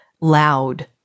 loud